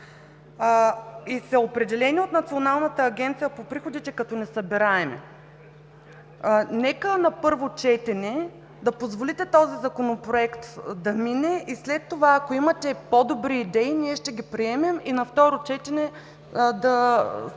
и са определени от Националната агенция по приходите като несъбираеми. Нека на първо четене да позволите този Законопроект да име и след това, ако имате по-добри идеи, ние ще ги приемем и на второ четене да помогнем